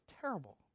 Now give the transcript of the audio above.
Terrible